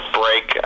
break